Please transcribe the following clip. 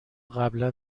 قبلا